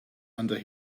under